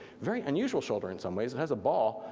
very unusual shoulder in some ways, it has a ball,